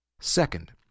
Second